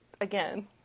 again